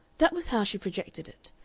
that was how she projected it,